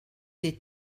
des